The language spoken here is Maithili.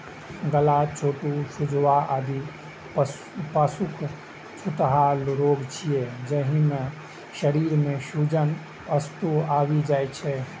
गलाघोटूं, सुजवा, आदि पशुक छूतहा रोग छियै, जाहि मे शरीर मे सूजन, सुस्ती आबि जाइ छै